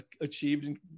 achieved